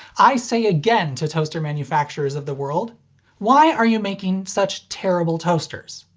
i say again to toaster manufacturers of the world why are you making such terrible toasters?